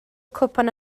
cwpan